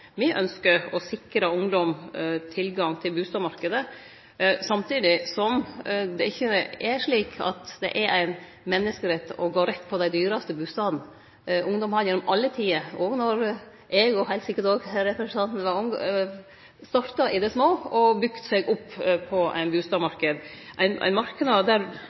å sikre ungdom tilgang til bustadmarknaden, samtidig som det ikkje er slik at det er ein menneskerett å gå rett på dei dyraste bustadene. Ungdom har gjennom alle tider – òg då eg og heilt sikkert representanten var unge – starta i det små og bygt seg opp på ein bustadmarknad, ein marknad der